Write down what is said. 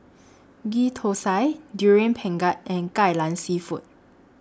Ghee Thosai Durian Pengat and Kai Lan Seafood